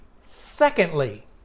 Secondly